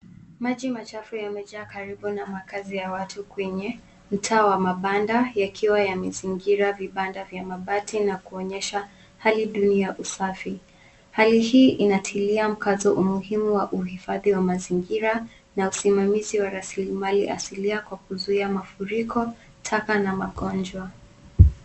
Maji machafu yamejaa karibu na makaazi ya watu kwenye mtaa wa mabanda yakiwa yamezingira vibanda vya mabati na kuonyesha hali duni ya usafi. Hali hii inatilia mkazo umuhimu wa uhifadhi wa mazingira na usimamizi wa asilimali asilia kwa kuzuia mafuriko taka na magonjwa.